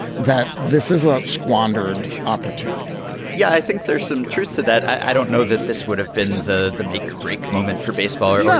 that this is a squandered opportunity yeah, i think there's some truth to that. i don't know that this would have been the the make or break moment for baseball or yeah